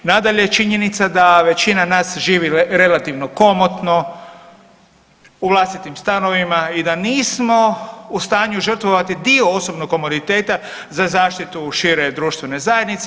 Nadalje, činjenica da većina nas živi relativno komotno u vlastitim stanovima i da nismo u stanju žrtvovati dio osobnog komoditeta za zaštitu šire društvene zajednice.